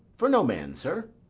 for no man, sir.